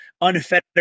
unfettered